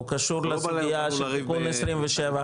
הוא קשור לסוגייה של תיקון 27,